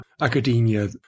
academia